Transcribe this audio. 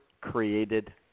created